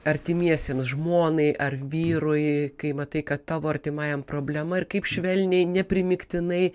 artimiesiems žmonai ar vyrui kai matai kad tavo artimajam problema ir kaip švelniai neprimygtinai